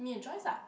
me and Joyce ah